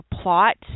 plot